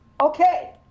Okay